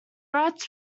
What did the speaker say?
rats